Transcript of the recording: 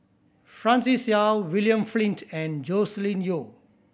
Francis Seow William Flint and Joscelin Yeo